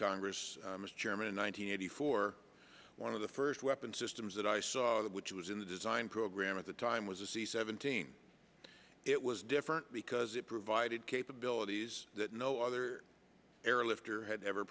congress as chairman one hundred eighty four one of the first weapon systems that i saw which was in the design program at the time was a c seventeen it was different because it provided capabilities that no other airlift or had ever